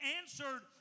answered